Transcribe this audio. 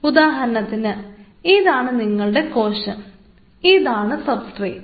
ഉദാഹരണത്തിന് ഇതാണ് നിങ്ങളുടെ കോശം ഇതാണ് സബ്സ്ട്രെറ്റ